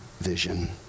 vision